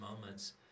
moments